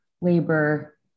labor